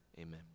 Amen